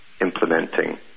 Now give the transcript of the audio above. implementing